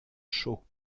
chauds